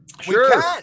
Sure